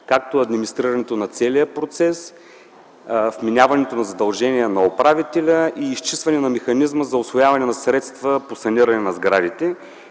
както и администрирането на целия процес, вменяването на задължения на управителя и изчистване на механизма за усвояване на средства по саниране на сградите.